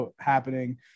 happening